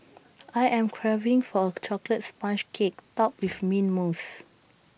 I am craving for A Chocolate Sponge Cake Topped with Mint Mousse